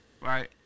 Right